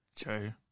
true